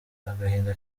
agahinda